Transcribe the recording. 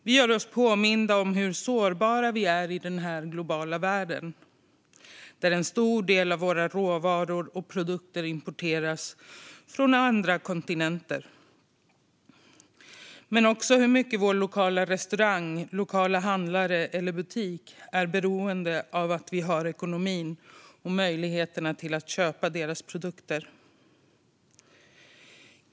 Det gör oss påminda om hur sårbara vi är i den här globala världen, där en stor del av våra råvaror och produkter importeras från andra kontinenter, men också hur mycket våra lokala restauranger, handlare och butiker är beroende av att vi har ekonomin och möjligheten att köpa deras produkter.